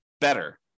better